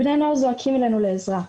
בני הנוער זועקים אלינו לעזרה,